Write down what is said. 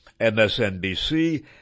MSNBC